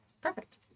Perfect